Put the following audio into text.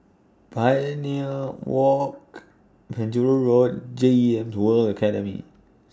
Pioneer Walk Penjuru Road and G E M S World Academy